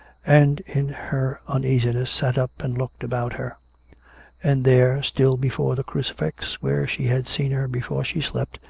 and, in her uneasiness, sat up and looked about her and there, still before the crucifix, where she had seen her before she slept,